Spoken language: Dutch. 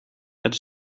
het